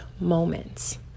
moments